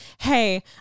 hey